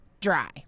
dry